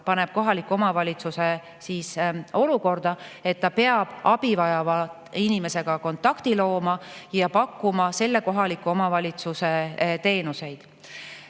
paneb kohaliku omavalitsuse olukorda, kus ta peab abivajava inimesega kontakti looma ja pakkuma selle kohaliku omavalitsuse teenuseid.